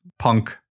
Punk